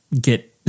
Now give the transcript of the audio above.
get